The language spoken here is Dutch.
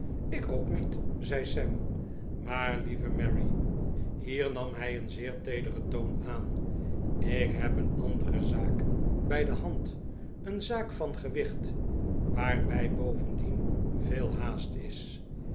ik ook niet zei sam maar lieve mary hier nam hij een zeer teederen toon aan ik heb een andere zaak bij de hand een zaak van gewicht waarbij bovendien veel haast is